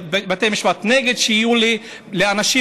נגד שיהיו לאנשים,